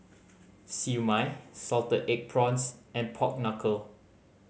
Siew Mai salted egg prawns and pork knuckle